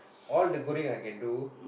all the goreng I can do